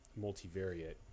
multivariate